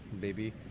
baby